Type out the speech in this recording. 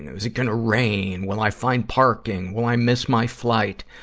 is it gonna rain? will i find parking? will i miss my flight?